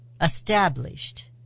established